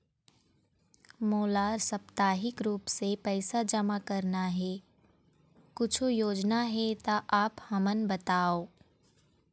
मोला साप्ताहिक रूप से पैसा जमा करना हे, कुछू योजना हे त आप हमन बताव?